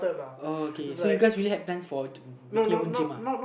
uh K K so you guys really have time for making your own gym uh